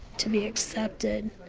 to be accepted